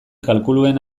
kalkuluen